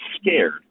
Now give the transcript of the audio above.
scared